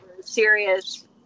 serious